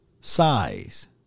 Size